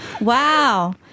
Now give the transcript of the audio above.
Wow